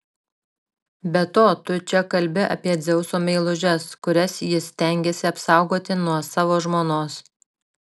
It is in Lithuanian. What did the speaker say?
be to tu čia kalbi apie dzeuso meilužes kurias jis stengėsi apsaugoti nuo savo žmonos